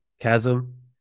Chasm